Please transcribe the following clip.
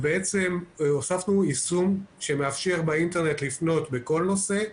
בעצם הוספנו יישום שמאפשר באינטרנט לפנות בכל נושא,